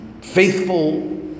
faithful